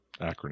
acronym